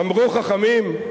אמרו חכמים: